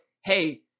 hey